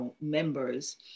members